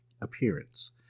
appearance